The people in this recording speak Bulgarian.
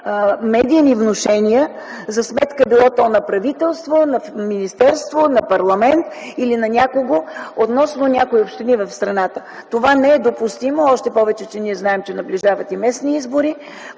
медийни внушения за сметка било то на правителство, на министерство, на парламент или на някого относно някои общини в страната. Това не е допустимо, още повече че ние знаем, че наближават и местни избори,